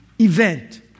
event